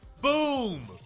Boom